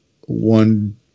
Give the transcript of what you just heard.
one